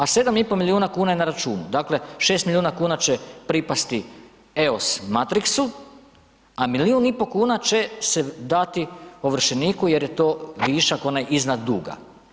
A 7,5 milijuna kuna je na računu, dakle 6 milijuna kuna će pripasti EOS Matrixu a milijun i pol kuna će se dati ovršeniku jer je to višak onaj iznad duga.